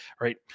right